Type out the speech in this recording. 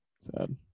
Sad